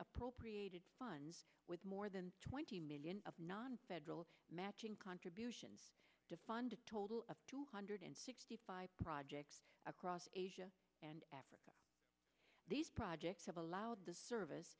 appropriated funds with more than twenty million of non federal matching contributions to fund a total of two hundred sixty five projects across asia and africa these projects have allowed the service